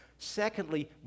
Secondly